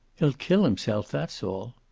he'll kill himself, that's all.